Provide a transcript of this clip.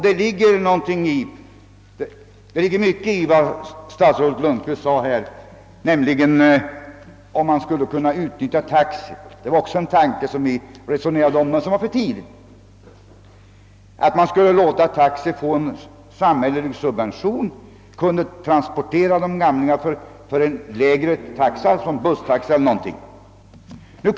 Det ligger mycket i vad statsrådet Lundkvist yttrade om att man skulle kunna utnyttja taxi. Vi förde också fram tanken — men den var för tidigt väckt — att man skulle låta taxiorganisationen få en samhällelig subvention så att den kunde transportera de gamla för en lägre taxa, t.ex. busstaxa.